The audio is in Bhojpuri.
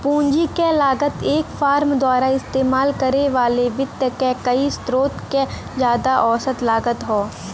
पूंजी क लागत एक फर्म द्वारा इस्तेमाल करे वाले वित्त क कई स्रोत क जादा औसत लागत हौ